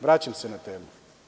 Vraćam se na temu.